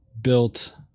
built